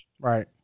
Right